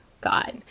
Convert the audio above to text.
God